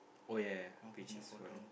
oh ya ya peach is falling